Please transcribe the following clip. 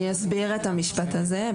אני אסביר את המשפט הזה.